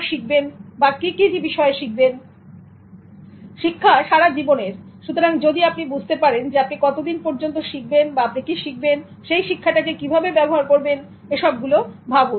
শিক্ষা সারা জীবনের সুতরাং যদি আপনি বুঝতে পারেন আপনি কতদিন পর্যন্ত শিখবেন আপনি কী শিখবেন এবং সেই শিক্ষাটাকে কিভাবে ব্যবহার করবেন এসব গুলো ভাবুন